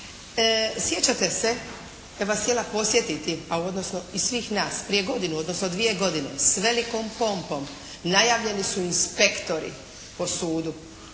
Sjećate se, ja bih vas htjela podsjetiti, a odnosno i svih nas, prije godinu, odnosno dvije godine s velikom pompom najavljeni su inspektori po sudu